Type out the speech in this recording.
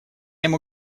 ему